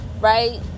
Right